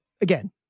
Again